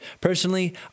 Personally